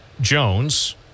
Jones